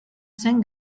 zen